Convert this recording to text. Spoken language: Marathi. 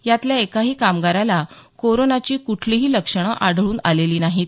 यातल्या एकाही कामगारास कोरोनाची क्ठलीही लक्षणं आढळून आली नाहीत